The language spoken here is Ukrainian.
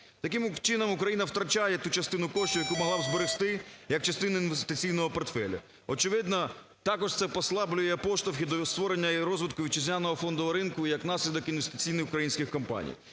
Таким чином Україна втрачає ту частину коштів, яку могла б зберегти як частину інвестиційного портфеля. Очевидно також це послаблює поштовхи до створення і розвитку вітчизняного фондового ринку і як наслідок інвестиційних українських компаній.